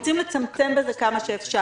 לצמצם כמה שאפשר.